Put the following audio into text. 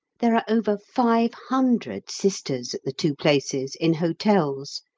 there are over five hundred sisters at the two places in hotels.